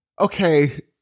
Okay